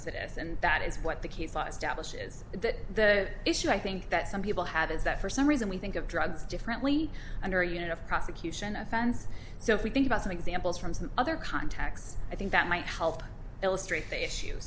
establishes that the issue i think that some people have is that for some reason we think of drugs differently under a unit of prosecution offense so if we think about some examples from some other contacts i think that might help illustrate the issue